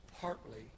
partly